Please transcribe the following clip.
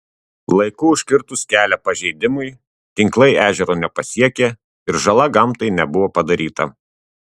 laiku užkirtus kelią pažeidimui tinklai ežero nepasiekė ir žala gamtai nebuvo padaryta